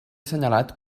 assenyalat